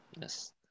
yes